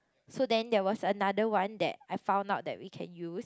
so then there was another one that I found out that we can use